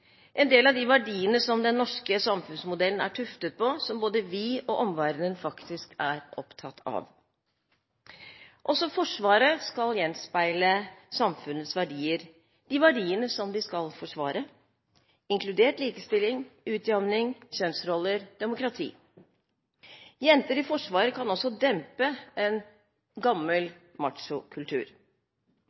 en del av de verdiene som den norske samfunnsmodellen er tuftet på, som både vi og omverdenen er opptatt av. Også Forsvaret skal gjenspeile samfunnets verdier, de verdiene som de skal forsvare, inkludert likestilling, utjamning, kjønnsroller og demokrati. Jenter i Forsvaret kan også dempe en gammel